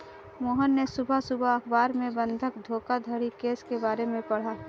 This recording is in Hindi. मोहन ने सुबह सुबह अखबार में बंधक धोखाधड़ी केस के बारे में पढ़ा